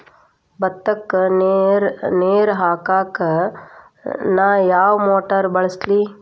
ಭತ್ತಕ್ಕ ನೇರ ಹಾಕಾಕ್ ನಾ ಯಾವ್ ಮೋಟರ್ ಬಳಸ್ಲಿ?